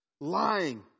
Lying